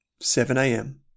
7am